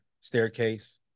staircase